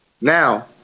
Now